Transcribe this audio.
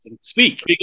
speak